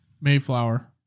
Mayflower